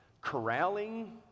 corralling